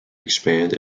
expand